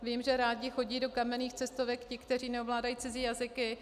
Vím, že rádi chodí do kamenných cestovek ti, kteří neovládají cizí jazyky.